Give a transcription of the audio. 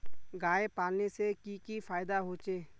गाय पालने से की की फायदा होचे?